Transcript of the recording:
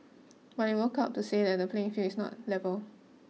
but they woke up to say that the playing field is not level